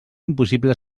impossible